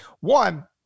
One